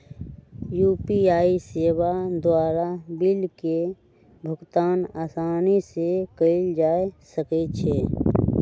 UPI सेवा द्वारा bill के भुगतान असानी से कएल जा सकइ छै